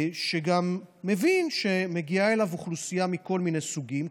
שגם מבין שמגיעה אליו אוכלוסייה מכל מיני סוגים,